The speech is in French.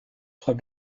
trois